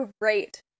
great